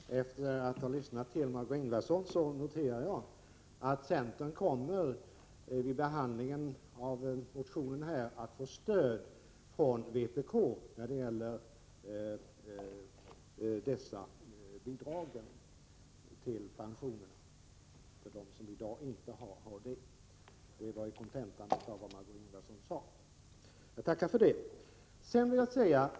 Herr talman! Efter att ha lyssnat till Margö Ingvardsson noterar jag att centern vid behandlingen av motionen i fråga om pensionstillskott kommer att få stöd från vpk när det gäller kravet på att de som i dag inte har något pensionstillskott skall få det. Det var kontentan av vad Margö Ingvardsson sade. Det tackar jag för!